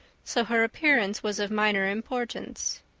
so her appearance was of minor importance.